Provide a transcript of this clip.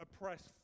oppressed